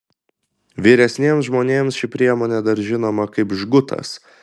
vyresniems žmonėms ši priemonė dar žinoma kaip žgutas